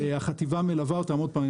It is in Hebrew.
החטיבה מלווה אותם עוד פעם,